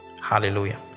hallelujah